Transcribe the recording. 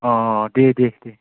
दे दे दे